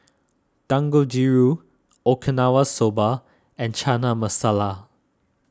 Dangojiru Okinawa Soba and Chana Masala